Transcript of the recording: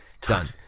Done